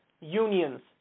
unions